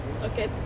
Okay